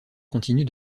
continue